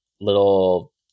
little